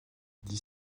dix